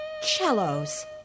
cellos